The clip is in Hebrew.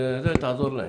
תעזור להם.